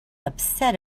upset